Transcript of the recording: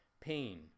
pain